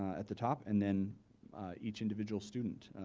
at the top and then each individual student.